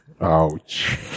Ouch